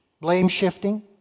Blame-shifting